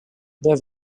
there